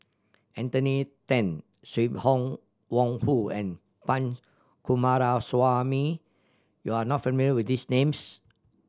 Anthony Then Sim Wong Hoo and Punch Coomaraswamy you are not familiar with these names